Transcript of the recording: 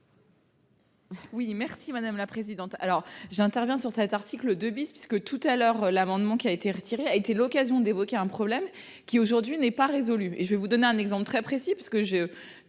Oui merci madame la présidente, alors j'interviens sur cet article 2 bis puisque tout à l'heure l'amendement qui a été retiré, a été l'occasion d'évoquer un problème qui aujourd'hui n'est pas résolue et je vais vous donner un exemple très précis parce que je